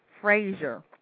Frazier